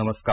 नमस्कार